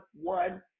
one